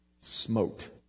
smoked